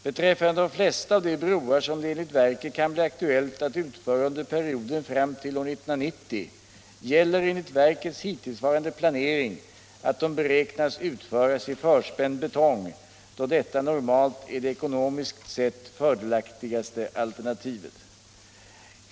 Beträffande de flesta av de broar som det enligt verket kan bli aktuellt att utföra under perioden fram till år 1990 gäller, enligt verkets hittillsvarande planering, att de beräknas utföras i förspänd betong, då detta normalt är det ekonomiskt mest fördelaktiga alternativet.